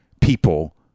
people